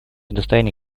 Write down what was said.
достояние